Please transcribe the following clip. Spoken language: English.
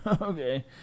Okay